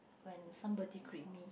when somebody greet me